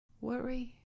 worry